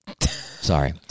Sorry